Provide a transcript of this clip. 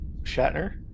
Shatner